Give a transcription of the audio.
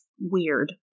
weird